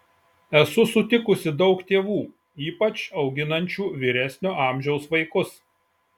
esu sutikusi daug tėvų ypač auginančių vyresnio amžiaus vaikus